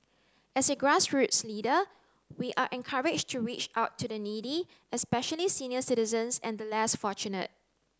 as a grassroots leader we are encouraged to reach out to the needy especially senior citizens and the less fortunate